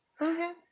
Okay